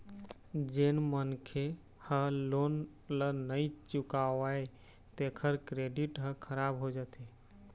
जेन मनखे ह लोन ल नइ चुकावय तेखर क्रेडिट ह खराब हो जाथे